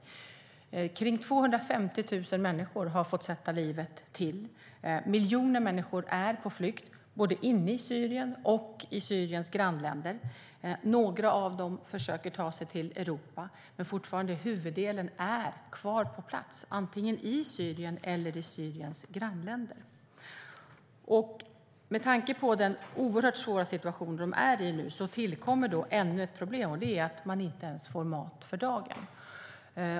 Omkring 250 000 människor har fått sätta livet till. Miljoner människor är på flykt, både inne i Syrien och i Syriens grannländer. Några av dem försöker ta sig till Europa, men huvuddelen är kvar på plats i Syrien eller i Syriens grannländer. I den oerhört svåra situation de är i nu tillkommer ännu ett problem, och det är att de inte ens får mat för dagen.